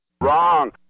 Wrong